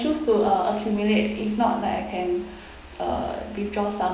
choose to uh accumulate if not like I can uh withdraw some